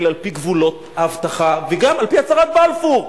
על-פי גבולות ההבטחה וגם על-פי הצהרת בלפור.